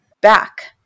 back